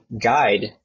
guide